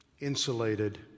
Insulated